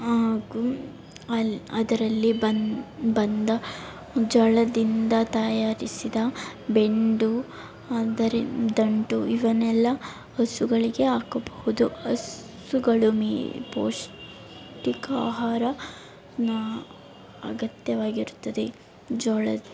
ಹಾಗೂ ಅಲ್ಲಿ ಅದರಲ್ಲಿ ಬನ್ ಬಂದ ಜೋಳದಿಂದ ತಯಾರಿಸಿದ ಬೆಂಡು ಅದರಿ ದಂಟು ಇವನ್ನೆಲ್ಲ ಹಸುಗಳಿಗೆ ಹಾಕಬಹುದು ಹಸುಗಳು ಮೇ ಪೌಷ್ಟಿಕ ಆಹಾರ ನಾ ಅಗತ್ಯವಾಗಿರುತ್ತದೆ ಜೋಳದ